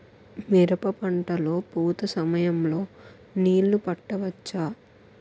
మిరప పంట లొ పూత సమయం లొ నీళ్ళు పెట్టవచ్చా?